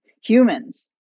humans